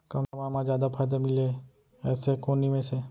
कम समय मा जादा फायदा मिलए ऐसे कोन निवेश हे?